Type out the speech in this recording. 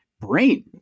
brain